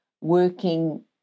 working